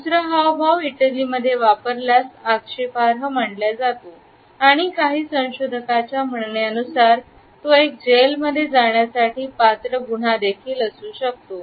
दुसरा हावभाव इटलीमध्ये वापरल्यास आक्षेपार्ह मानला जातो आणि काही संशोधकांच्या म्हणण्यानुसार तो एक जेलमध्ये जाण्यासाठी पात्र गुन्हा देखील असू शकतो